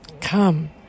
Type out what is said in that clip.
come